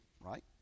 right